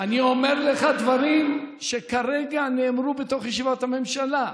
אני אומר לך דברים שכרגע נאמרו בתוך ישיבת הממשלה.